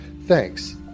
thanks